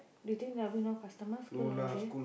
do you think there will be no customers school holiday